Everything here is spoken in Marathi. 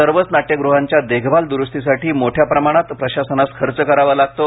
सर्वच नाट्यगृहांच्या देखभाल दुरुस्तीसाठी मोठ्या प्रमाणात प्रशासनास खर्च करावा लागतो